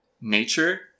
nature